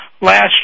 last